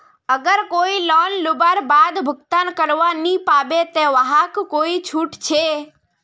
अगर कोई लोन लुबार बाद भुगतान करवा नी पाबे ते वहाक कोई छुट छे?